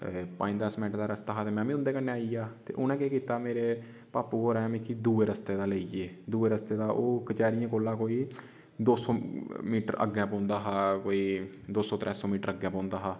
पंज दस मेन्ट दा रस्ता हा ते में मी उं'दे कन्नै आई गेआ ते उ'नें केह् कीता मेरे पापू होरें मिगी दुए रस्ते दा लेई गे दुए रस्ते दा ओह् कचैरियै कोला कोई दो सौ मीटर अग्गें पौंदा हा कोई दो सौ त्रै सौ मीटर अग्गें पौंदा हा